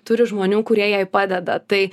turi žmonių kurie jai padeda tai